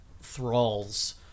thralls